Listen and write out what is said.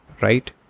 Right